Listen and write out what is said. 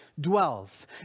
dwells